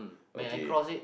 okay